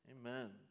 Amen